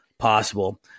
Possible